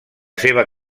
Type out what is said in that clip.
seva